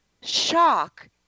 Shock